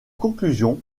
conclusion